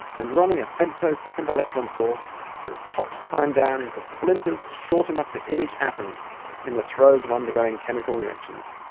and running ah femto-second electron source that chops time down into splinters short enough to image atoms in the throes of undergoing chemical reactions.